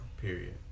Period